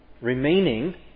remaining